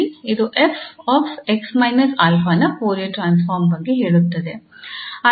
ಇದು 𝑓𝑥 − 𝑎 ನ Fourier transform ಬಗ್ಗೆ ಹೇಳುತ್ತದೆ